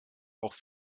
auch